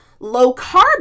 Low-carb